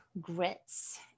grits